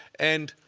and